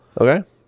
Okay